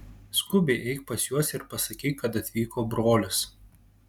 skubiai eik pas juos ir pasakyk kad atvyko brolis